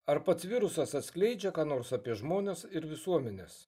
ar pats virusas atskleidžia ką nors apie žmones ir visuomenes